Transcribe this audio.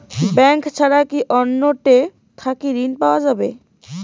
Bank ছাড়া কি অন্য টে থাকি ঋণ পাওয়া যাবে?